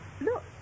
look